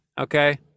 okay